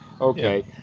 Okay